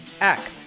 act